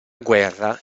guerra